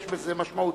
יש בזה משמעות.